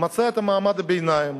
הוא מצא את מעמד הביניים,